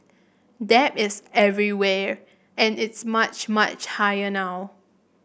debt is everywhere and it's much much higher now